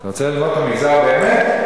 אתה רוצה לראות את המגזר באמת?